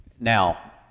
now